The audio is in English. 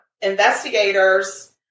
investigators